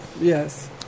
Yes